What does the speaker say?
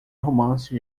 romance